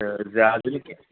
تہٕ زیادٕ نہٕ کیٚنٛہہ